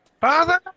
Father